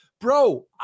bro